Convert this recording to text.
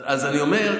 אז אני אומר,